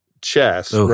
chess